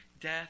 death